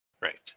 Right